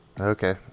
Okay